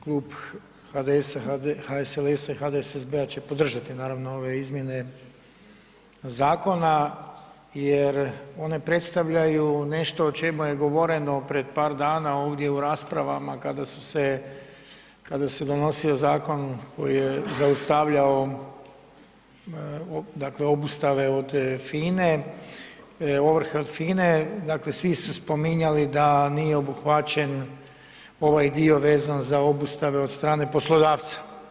Klub HDS-a, HSLS-a i HDSSB-a će podržati naravno ove izmjene zakona jer one predstavljaju nešto o čemu je govore pred par dana ovdje u raspravama kada su se, kada se donosio zakon koji je zaustavljao dakle obustave od FINA-e, ovrhe od FINA-e, dakle svi su spominjali da nije obuhvaćen ovaj dio vezan za obustave od strane poslodavca.